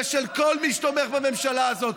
ושל כל מי שתומך בממשלה הזאת.